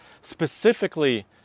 specifically